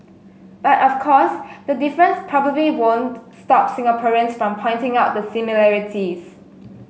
but of course the difference probably won't stop Singaporeans from pointing out the similarities